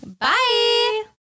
Bye